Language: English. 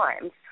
times